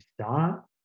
start